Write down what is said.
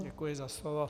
Děkuji za slovo.